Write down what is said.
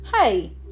hey